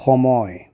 সময়